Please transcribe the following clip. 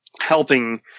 helping